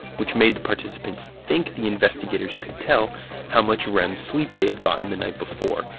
which made the participants think the investigators could tell how much rem sleep they had gotten the night before,